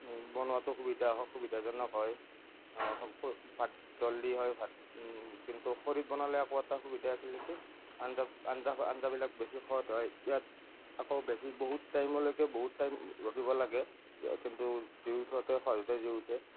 বনোৱাটো সুবিধা হয় সুবিধাজনক হয় ভাত জলদি হয় ভাত কিন্তু খৰিত বনালৈ আকৌ এটা সুবিধা আছিলে কি আঞ্জা আঞ্জা আঞ্জাবিলাক বেছি সোৱাদ হয় ইয়াত আকৌ বেছি বহুত টাইমলৈকে বহুত টাইম ৰখিব লাগে কিন্তু জুই উঠাওঁতে সহজতে জুই উঠে